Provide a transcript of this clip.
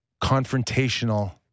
confrontational